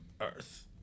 Earth